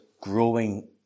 growing